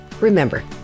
Remember